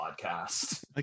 podcast